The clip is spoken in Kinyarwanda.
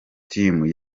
team